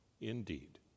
indeed